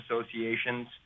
associations